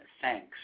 thanks